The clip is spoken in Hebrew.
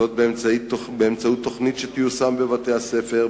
וזאת באמצעות תוכנית שתיושם בבתי-הספר,